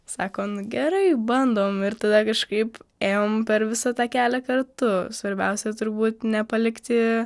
sako nu gerai bandom ir tada kažkaip ėjom per visą tą kelią kartu svarbiausia turbūt nepalikti